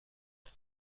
کنم